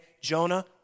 Jonah